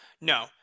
No